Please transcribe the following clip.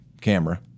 camera